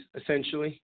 essentially